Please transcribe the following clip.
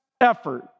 effort